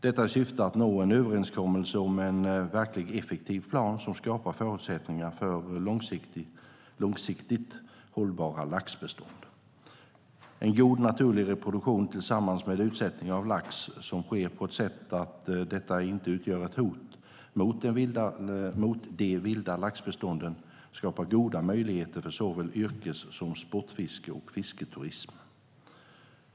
Detta i syfte att nå en överenskommelse om en verkligt effektiv plan som skapar förutsättningar för långsiktigt hållbara laxbestånd. En god naturlig reproduktion tillsammans med utsättning av lax, som sker på ett sätt att den inte utgör ett hot mot de vilda laxbestånden, skapar goda möjligheter för såväl yrkes som sportfiske och fisketurism.